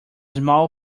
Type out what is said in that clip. small